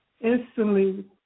instantly